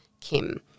Kim